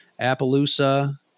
Appaloosa